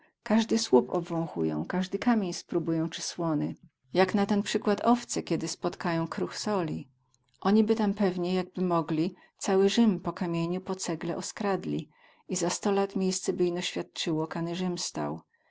kazdy słup obwąchają kazdy kamień spróbują cy słony jak na ten przykład owce kiedy spotkają kruch soli oni by tam pewnie jakby mogli cały rzym po kamieniu po cegle oskradli i za sto lat miejsce by ino świadcyło kany rzym stał